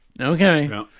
okay